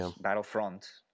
Battlefront